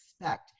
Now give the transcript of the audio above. expect